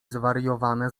zwariowane